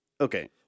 okay